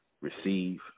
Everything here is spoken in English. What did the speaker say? receive